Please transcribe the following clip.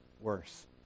worse